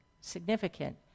significant